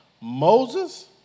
Moses